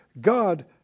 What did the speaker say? God